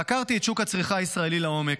חקרתי את שוק הצריכה הישראלי לעומק.